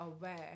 aware